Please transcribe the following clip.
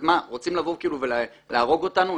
רוצים ולהרוג אותנו?